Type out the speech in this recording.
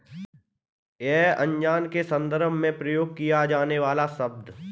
यह अनाज के संदर्भ में प्रयोग किया जाने वाला शब्द है